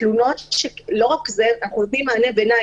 אנחנו נותנם גם מענה ביניים,